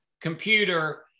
computer